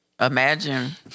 Imagine